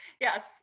Yes